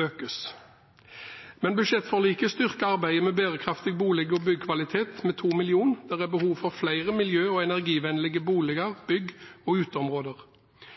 økes. Budsjettforliket styrker arbeidet med bærekraftig bolig- og byggkvalitet med 2 mill. kr. Det er behov for flere miljø- og energivennlige